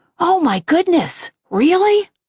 oh my goodness, really?